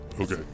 Okay